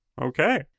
Okay